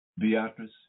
Beatrice